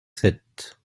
sept